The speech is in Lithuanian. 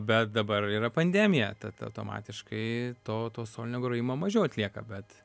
bet dabar yra pandemija tad automatiškai to to solinio grojimo mažiau atlieka bet